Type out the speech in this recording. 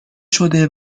شده